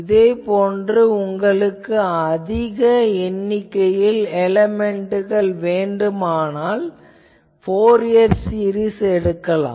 இதே போன்று உங்களுக்கு அதிக எண்ணிக்கையில் எலேமென்ட்கள் வேண்டுமானால் நீங்கள் ஃபோரியர் சீரிஸ் உபயோகிக்கலாம்